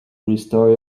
restore